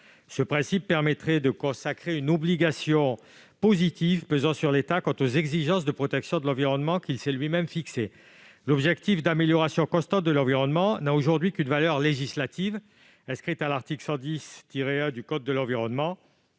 Ce principe permettrait de consacrer une obligation positive pesant sur l'État quant aux exigences de protection de l'environnement qu'il s'est lui-même fixées. L'objectif d'amélioration constante de l'environnement n'a aujourd'hui qu'une valeur législative, inscrite au 9° du II l'article L. 110-1 du code de l'environnement